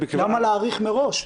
למה להאריך מראש?